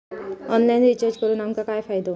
Online recharge करून आमका काय फायदो?